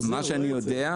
עד כמה שאני יודע,